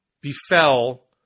befell